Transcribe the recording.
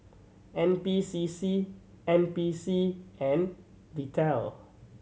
N P C C N P C and Vital